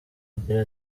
agira